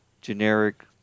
generic